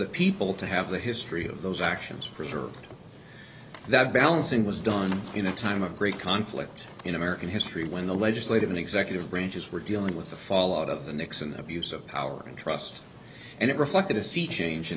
the people to have the history of those actions preserved that balancing was done in a time of great conflict in american history when the legislative and executive branches were dealing with the fallout of the nixon abuse of power and trust and it reflected a sea chang